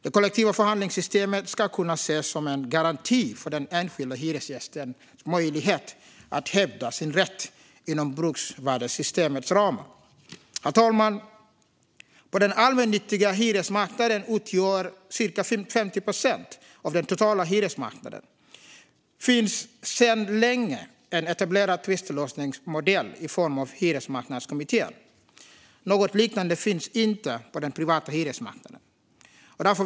Det kollektiva förhandlingssystemet ska kunna ses som en garanti för den enskilda hyresgästens möjlighet att hävda sin rätt inom bruksvärdessystemets ramar. Herr talman! På den allmännyttiga hyresmarknaden, som utgör cirka 50 procent av den totala hyresmarknaden, finns sedan länge en etablerad tvistlösningsmodell i form av Hyresmarknadskommittén. Något liknande finns inte på den privata hyresmarknaden.